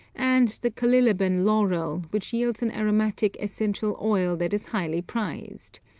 and the calilaban laurel, which yields an aromatic essential oil that is highly prized.